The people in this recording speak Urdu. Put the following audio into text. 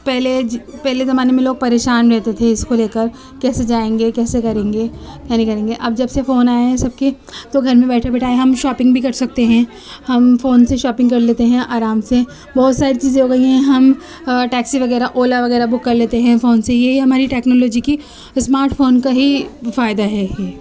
پہلے زمانے میں لوگ پریشان رہتے تھے اس کو لے کر کیسے جائیں گے کیسے کریں گے پھیری کریں گے اب جب سے فون آیا ہے سب کے تو گھر میں بیٹھے بٹھائے ہم شاپنگ بھی کر سکتے ہیں ہم فون سے شاپنگ کر لیتے ہیں آرام سے بہت ساری چیزیں ہو گئی ہیں ہم ٹیکسی وغیرہ اولا وغیرہ بک کر لیتے ہیں فون سے یہ یہ ہماری ٹکنالوجی کی اسمارٹ فون کا ہی فائدہ ہے یہ